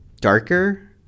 darker